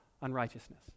unrighteousness